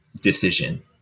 decision